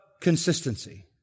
consistency